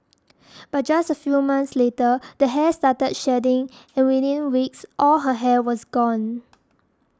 but just a few months later the hair started shedding and within weeks all her hair was gone